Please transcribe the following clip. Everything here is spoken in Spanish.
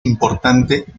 importante